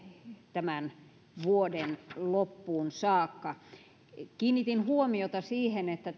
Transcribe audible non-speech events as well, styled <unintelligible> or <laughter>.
tämän vuoden loppuun saakka kiinnitin huomiota siihen että <unintelligible>